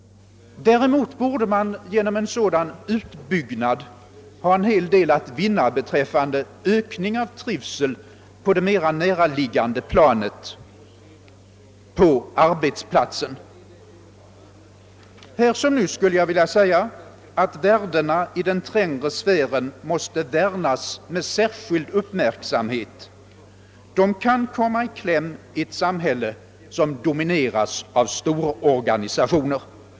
Däremot borde man genom en sådan utbyggnad ha en hel del att vinna beträffande ökning av trivseln på det mer näraliggande planet, på arbetsplatsen. Här som nyss skulle jag vilja säga att värdena i den trängre sfären måste värnas med särskild uppmärksamhet; de kan komma i kläm i ett samhälle som domineras av stororganisationer.